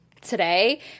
today